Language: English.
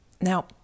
Now